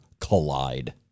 collide